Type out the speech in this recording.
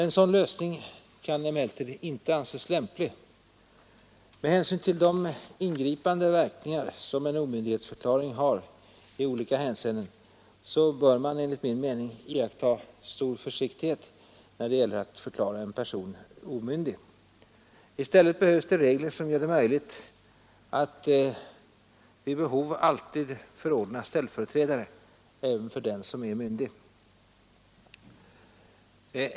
En sådan lösning kan emellertid inte anses lämplig. Med hänsyn till de ingripande verkningar som en omyndighetsförklaring har i olika avseenden bör man enligt min mening iaktta stor restriktivitet när det gäller att förklara en person omyndig. I stället behövs det regler som gör det möjligt att vid behov alltid förordna ställföreträdare även för den som är myndig.